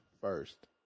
first